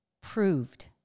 proved